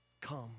Come